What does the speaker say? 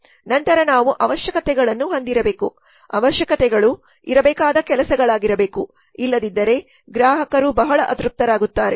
ನಂತರ ನಾವು ಅವಶ್ಯಕತೆಗಳನ್ನು ಹೊಂದಿರಬೇಕು ಅವಶ್ಯಕತೆಗಳು ಇರಬೇಕಾದ ಕೆಲಸಗಳಾಗಿರಬೇಕು ಇಲ್ಲದಿದ್ದರೆ ಗ್ರಾಹಕರು ಬಹಳ ಅತೃಪ್ತರಾಗುತ್ತಾರೆ